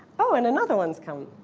oh, and another one's come.